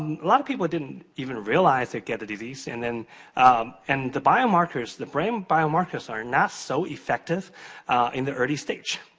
a lot of people didn't even realize they've got the disease and and the biomarkers, the brain biomarkers are not so effective in the early stage.